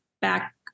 back